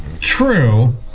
True